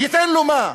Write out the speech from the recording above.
ייתן לו מה?